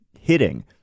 hitting